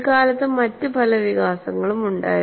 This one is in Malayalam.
പിൽകാലത്തു മറ്റു പല വികാസങ്ങളും ഉണ്ടായിരുന്നു